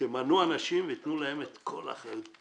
תמנו אנשים ותנו להם את כל האחריות,